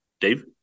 Dave